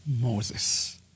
Moses